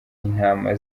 intama